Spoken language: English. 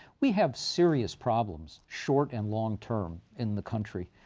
we have serious problems, short and long term, in the country.